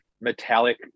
metallic